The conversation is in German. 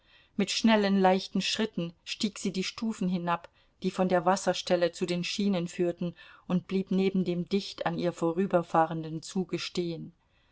mit schnellen leichten schritten stieg sie die stufen hinab die von der wasserstelle zu den schienen führten und blieb neben dem dicht an ihr vorüberfahrenden zuge